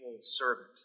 servant